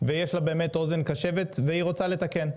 יש לה באמת אוזן קשבת והיא רוצה לתקן.